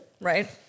right